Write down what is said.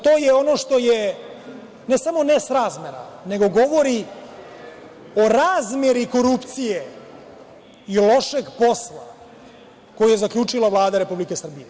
To je ono što je, ne samo nesrazmera, nego govori o razmeri korupcije i lošeg posla koji je zaključila Vlada Republike Srbije.